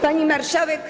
Pani Marszałek!